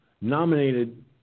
nominated